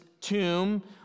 tomb